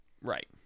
Right